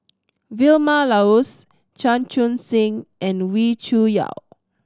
Vilma Laus Chan Chun Sing and Wee Cho Yaw